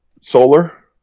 Solar